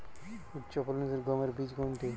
উচ্চফলনশীল গমের বীজ কোনটি?